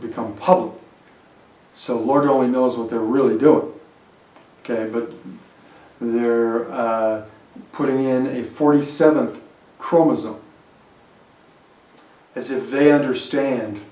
become public so lord only knows what they're really doing ok but they're putting in a forty seventh chromosome as if they understand